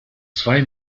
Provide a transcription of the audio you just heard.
zwei